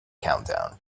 countdown